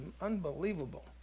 Unbelievable